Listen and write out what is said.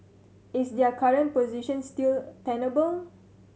is their current position still tenable